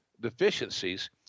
deficiencies